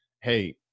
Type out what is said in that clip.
Hey